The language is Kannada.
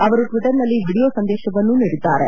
ಅವರು ಟ್ವಟರ್ನಲ್ಲಿ ವಿಡಿಯೋ ಸಂದೇಶವನ್ನೂ ನೀಡಿದ್ದಾರೆ